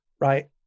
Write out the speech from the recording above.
right